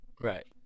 Right